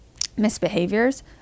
misbehaviors